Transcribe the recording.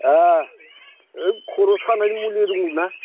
खर' सानाय मुलि दंना